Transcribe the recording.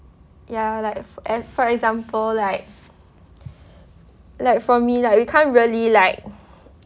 ya like fo~ for example like like for me like we can't really like